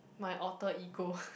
my Alter Ego